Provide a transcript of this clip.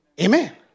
Amen